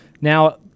Now